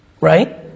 right